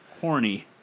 Horny